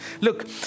Look